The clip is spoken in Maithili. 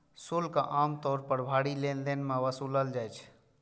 शुल्क आम तौर पर भारी लेनदेन मे वसूलल जाइ छै